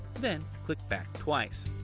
then click back twice.